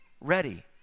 ready